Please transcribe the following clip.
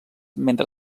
mentre